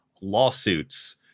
Lawsuits